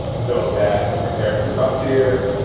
so that when a therapist comes here,